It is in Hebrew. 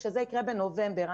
זה יקרה רק בנובמבר.